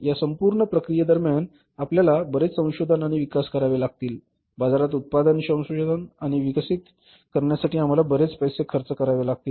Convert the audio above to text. या संपूर्ण प्रक्रियेदरम्यान आपल्याला बरेच संशोधन आणि विकास करावे लागतील बाजारात उत्पादन संशोधन आणि विकसित करण्यासाठी आपल्याला बरेच पैसे खर्च करावे लागतील